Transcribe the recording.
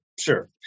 Sure